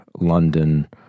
London